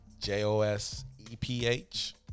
J-O-S-E-P-H